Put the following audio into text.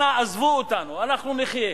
אנא עזבו אותנו, אנחנו נחיה.